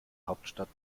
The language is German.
hauptstadt